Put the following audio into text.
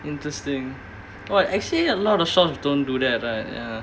interesting !wah! actually a lot of shops don't do that right ya